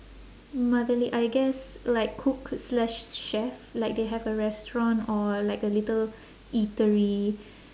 motherly I guess like cook slash chef like they have a restaurant or like a little eatery